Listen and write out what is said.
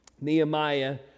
Nehemiah